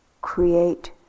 create